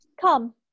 Come